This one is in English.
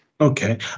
Okay